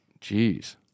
Jeez